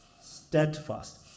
steadfast